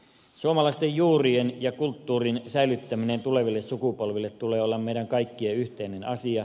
suomalaisten juurien ja kulttuurin säilyttämisen tuleville sukupolville tulee olla meidän kaikkien yhteinen asia